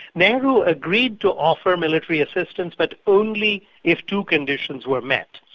nehru agreed to offer military assistance but only if two conditions were met.